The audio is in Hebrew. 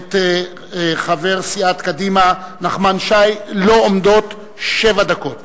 את חבר סיעת קדימה נחמן שי, ולו עומדות שבע דקות.